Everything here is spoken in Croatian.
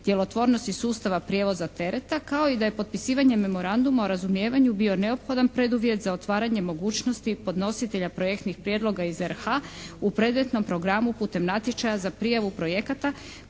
djelotvornosti sustava prijevoza tereta kao i da je potpisivanje Memoranduma o razumijevanju bio neophodan preduvjet za otvaranje mogućnosti podnositelja projektnih prijedloga iz RH u predmetnom programu putem natječaja za prijavu projekata